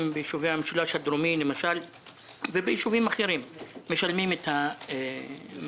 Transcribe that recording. בישובי המשולש הדרומי ובישובים אחרים משלמים את המחיר,